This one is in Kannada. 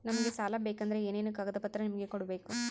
ನಮಗೆ ಸಾಲ ಬೇಕಂದ್ರೆ ಏನೇನು ಕಾಗದ ಪತ್ರ ನಿಮಗೆ ಕೊಡ್ಬೇಕು?